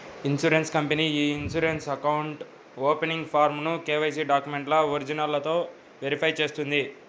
insurance company ఇ insurance account opening ఫారమ్ను KYC డాక్యుమెంట్ల ఒరిజినల్లతో వెరిఫై చేస్తుంది